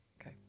Okay